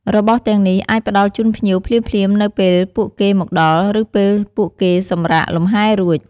របស់ទាំងនេះអាចផ្តល់ជូនភ្ញៀវភ្លាមៗនៅពេលពួកគេមកដល់ ឬពេលពួកគេសម្រាកលម្ហែរួច។